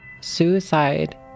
Suicide